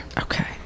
Okay